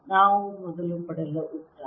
ನಾವು ಮೊದಲು ಪಡೆದ ಉತ್ತರ